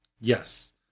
Yes